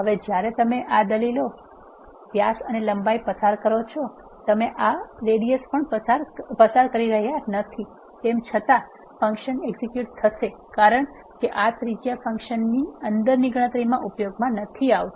હવે જ્યારે તમે આ દલીલો ડાય અને લંબાઈ પસાર કરો છો તમે આ ત્રિજ્યા પસાર કરી રહ્યાં નથી તેમ છતાં ફંક્શન એક્ઝેક્યુટ થશે કારણ કે આ ત્રિજ્યા ફંક્શનની અંદરની ગણતરીમાં ઉપયોગમાં નથી આવતો